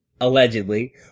allegedly